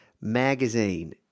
Magazine